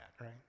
right